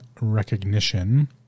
recognition